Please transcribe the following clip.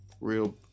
real